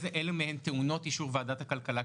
אילו מהן טעונות אישור ועדת הכלכלה,